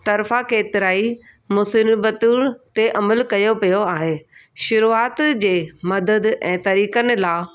तरफां केतिराई मुसिल्बतूं ते अमल कयो पियो आहे शुरूआति जे मदद ऐं तरीक़नि लाइ